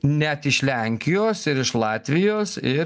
net iš lenkijos ir iš latvijos ir